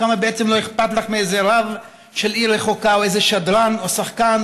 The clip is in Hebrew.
או כמה בעצם לא אכפת לך מאיזה רב של עיר רחוקה או איזה שדרן או שחקן,